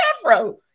afro